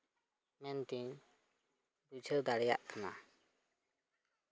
ᱢᱮᱱᱛᱤᱧ ᱵᱩᱡᱷᱟᱹᱣ ᱫᱟᱲᱮᱭᱟᱜ ᱠᱟᱱᱟ